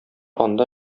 анда